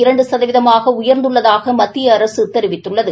இரண்டு சதவீதமாக உயர்ந்துள்ளதாக மத்திய அரசு தெரிவித்துள்ளது